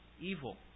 evil